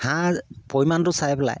হাঁহৰ পৰিমাণটো চাই পেলাই